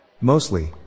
Mostly